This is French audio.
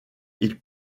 ils